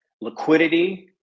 liquidity